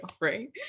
right